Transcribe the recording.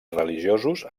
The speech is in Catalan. religiosos